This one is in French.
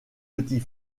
petit